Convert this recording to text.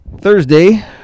Thursday